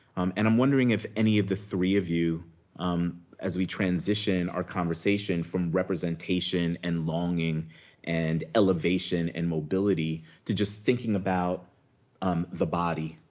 and i'm wondering if any of the three of you um as we transition our conversation from representation and longing and elevation and mobility, to just thinking about um the body.